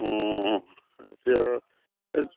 অঁ এতিয়া